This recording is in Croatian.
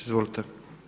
Izvolite.